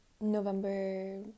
November